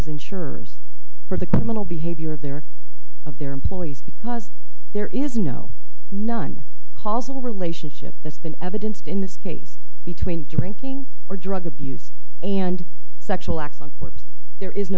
as insurers for the criminal behavior of their of their employees because there is no none also relationship that's been evidenced in this case between drinking or drug abuse and sexual